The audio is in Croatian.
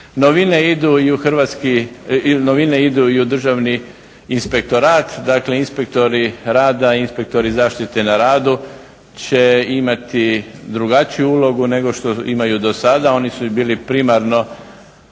nisu plaćali doprinosi. Novine idu i u Državni inspektorat, dakle inspektori rada i inspektori zaštite na radu će imati drugačiju ulogu nego što imaju do sada. Oni su bili i primarno